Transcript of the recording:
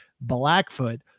Blackfoot